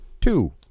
two